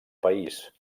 país